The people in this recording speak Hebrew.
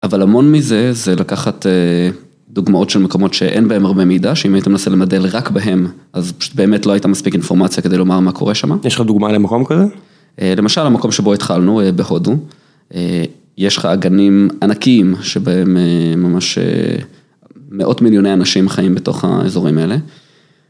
אבל המון מזה, זה לקחת דוגמאות של מקומות שאין בהם הרבה מידע, שאם הייתם מנסה למדל רק בהם, אז פשוט באמת לא הייתה מספיק אינפורמציה כדי לומר מה קורה שם. יש לך דוגמה למקום כזה? למשל, המקום שבו התחלנו, בהודו. יש לך אגנים ענקים שבהם ממש מאות מיליוני אנשים חיים בתוך האזורים האלה.